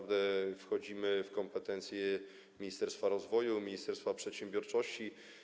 Wchodzimy w kompetencje ministerstwa rozwoju, ministerstwa przedsiębiorczości.